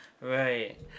Right